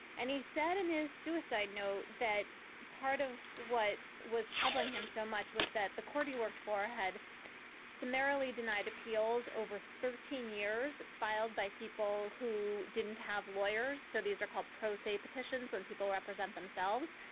and he said in his suicide note that part of what was troubling him so much was that the court he worked for had summarily denied appeals over thirteen years filed by people who didn't have lawyers. so these are called process petitions where people represent themselves.